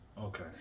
Okay